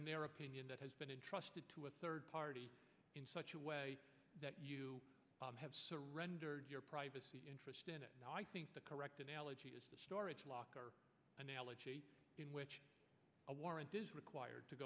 in their opinion that has been entrusted to a third party in such a way that you have surrendered your privacy interest in it i think the correct analogy is the storage locker analogy in which a warrant is required to